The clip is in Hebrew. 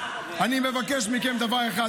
אני מבקש מכם דבר אחד,